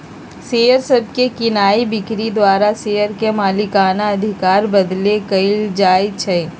share सभके कीनाइ बिक्री द्वारा शेयर के मलिकना अधिकार बदलैंन कएल जाइ छइ